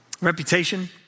Reputation